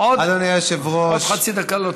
עוד חצי דקה.